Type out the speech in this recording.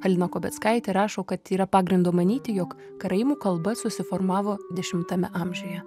halina kobeckaitė rašo kad yra pagrindo manyti jog karaimų kalba susiformavo dešimtame amžiuje